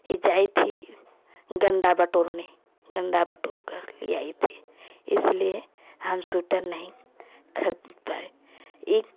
ई जाइ थी गन्दा बटोरने गन्दा बटोर कर ले आई थी इसलिए हम स्वीटर नहीं खरीद पाए ई